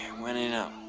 went in and